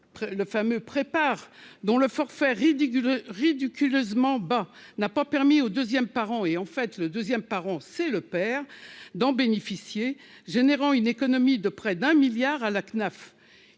le fameux prépare dont le forfait ridicule rédu du curieusement bah n'a pas permis au 2ème par et en fait le deuxième parents c'est le père d'en bénéficier, générant une économie de près d'un milliard à la CNAF,